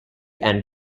and